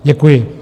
Děkuji.